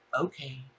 Okay